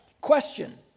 question